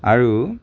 আৰু